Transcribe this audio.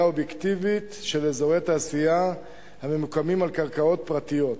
אובייקטיבית של אזורי תעשייה הממוקמים על קרקעות פרטיות.